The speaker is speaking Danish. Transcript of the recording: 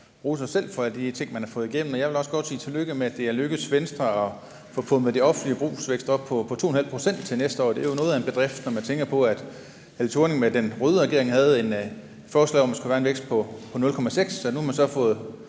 rose sig selv for alle de ting, man har fået igennem, og jeg vil også godt sige tillykke med, at det er lykkedes Venstre at få pumpet det offentliges forbrugsvækst op på 2,5 pct. til næste år. Det er jo noget af en bedrift, når man tænker på, at Helle Thorning-Schmidt med den røde regering foreslog, at man skulle have en vækst på 0,6 pct., og man nu har